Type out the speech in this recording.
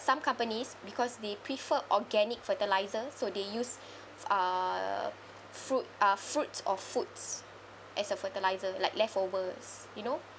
some companies because they prefer organic fertilizer so they use uh fruit uh fruits of foods as a fertilizer like leftovers you know